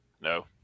No